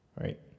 right